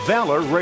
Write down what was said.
Valor